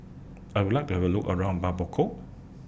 I Would like to Have A Look around Bamako